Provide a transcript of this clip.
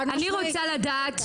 אני רוצה לדעת,